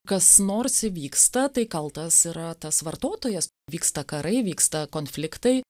kas nors įvyksta tai kaltas yra tas vartotojas vyksta karai vyksta konfliktai